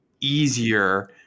easier